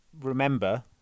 remember